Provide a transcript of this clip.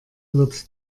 wird